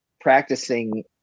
practicing